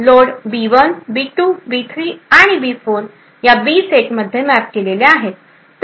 लोडबी 1 B 2 B 3 आणि B 4 याबी सेटमध्ये मॅप केलेल्या आहेत